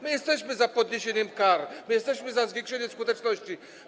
My jesteśmy za podwyższeniem kar, jesteśmy za zwiększeniem skuteczności.